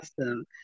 awesome